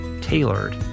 tailored